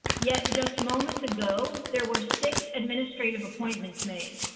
yet just moments ago, there were six administrative appointments made.